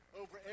over